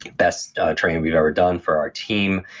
best training we've ever done for our team,